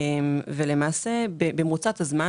במרוצת הזמן,